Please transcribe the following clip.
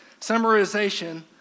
summarization